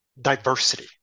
diversity